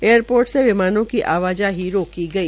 airport से विमानों की आवाजाही रोकी गई